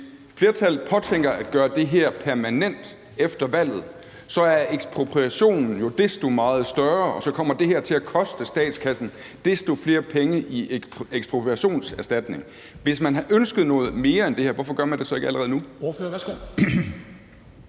Hvis flertallet påtænker at gøre det her permanent efter valget, er ekspropriationen jo desto meget større, og så kommer det her til at koste statskassen desto flere penge i ekspropriationserstatning. Hvis man havde ønsket noget mere end det her, hvorfor gør man det så ikke allerede nu?